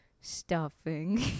stuffing